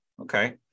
okay